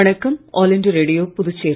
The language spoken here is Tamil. வணக்கம் ஆல் இண்டியா ரேடியோபுதுச்சேரி